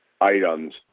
items